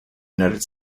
united